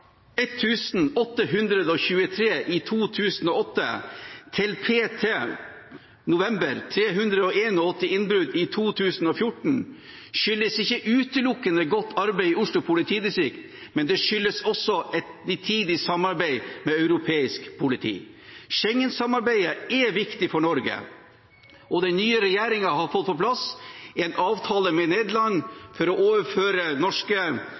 i 2008 til – p.t. november – 381 innbrudd i 2014, skyldes ikke utelukkende godt arbeid i Oslo politidistrikt, det skyldes også et nitid samarbeid med europeisk politi. Schengen-samarbeidet er viktig for Norge. Den nye regjeringen har fått på plass en avtale med Nederland om å overføre norske